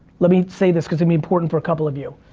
let me say this because it'll be important for a couple of you.